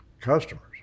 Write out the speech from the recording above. customers